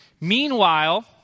Meanwhile